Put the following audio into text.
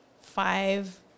five